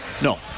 No